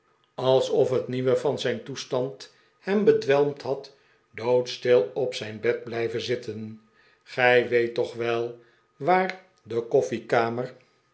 alsof het nieuwe van zijn toestand hem bedwelmd had doodstil op zijn bed blijven zitten gij weet toch wel waar de